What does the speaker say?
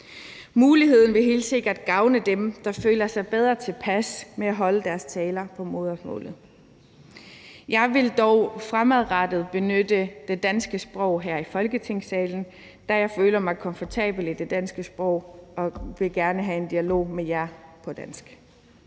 Muligheden vil helt sikkert gavne dem, der føler sig bedre tilpas med at holde deres taler på modersmålet. Jeg vil dog fremadrettet benytte det danske sprog her i Folketingssalen, da jeg føler mig komfortabel med det danske sprog og gerne vil have en dialog med jer på dansk.